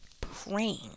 praying